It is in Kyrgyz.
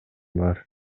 бар